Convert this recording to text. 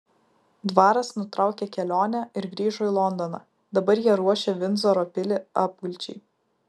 dvaras nutraukė kelionę ir grįžo į londoną dabar jie ruošia vindzoro pilį apgulčiai